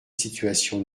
situation